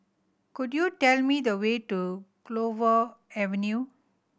could you tell me the way to Clover Avenue